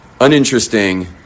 uninteresting